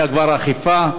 כבר הייתה אכיפה,